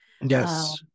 Yes